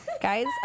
guys